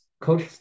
coach